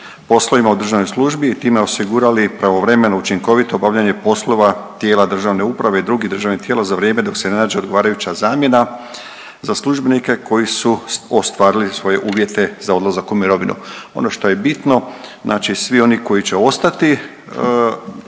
poslovima u državnoj službi i time osigurali pravovremeno, učinkovito obavljanje poslova tijela državne uprave i drugih državnih tijela za vrijeme dok se ne nađe odgovarajuća zamjena za službenike koji su ostvarili svoje uvjete za odlazak u mirovinu. Ono što je bitno, znači svi oni koji će ostati